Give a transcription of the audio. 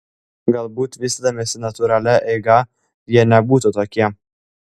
galbūt vystydamiesi natūralia eiga jie nebūtų tokie